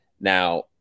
now